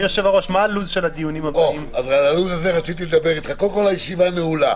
תודה רבה, הישיבה נעולה.